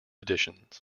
editions